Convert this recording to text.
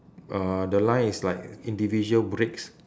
uh the line is like individual bricks